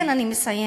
כן, אני מסיימת.